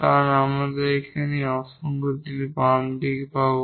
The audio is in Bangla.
কারণ আমরা এখানে এই অসঙ্গতিটি বাম দিকে পাবো